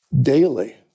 daily